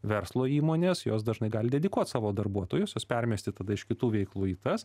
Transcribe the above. verslo įmonės jos dažnai gali dedikuot savo darbuotojus juos permesti tada iš kitų veiklų į tas